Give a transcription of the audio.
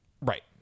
Right